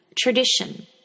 tradition